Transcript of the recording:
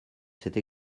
cette